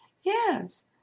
Yes